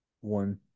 one